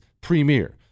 Premier